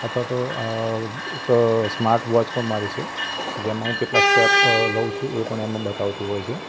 અથવા તો એક સ્માર્ટ વૉચ પણ મારે છે કે જેમાં હું કેટલા સ્ટેપ લઉં છું એ પણ એમાં બતાવતું હોય છે